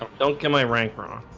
um don't get my rank wrong